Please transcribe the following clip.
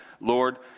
Lord